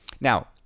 Now